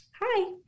hi